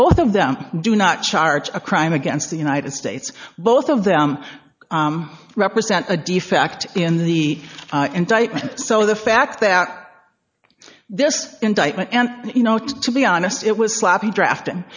both of them do not charge a crime against the united states both of them represent a defect in the indictment so the fact that this indictment and you know to be honest it was sloppy draft